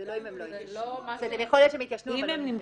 יכול להיות שהן התיישנו, אבל לא נמחקו.